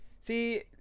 see